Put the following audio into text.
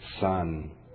Son